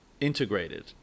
integrated